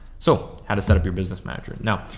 so how to set up your business manager. now,